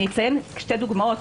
אני אתן שתי דוגמאות.